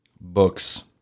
books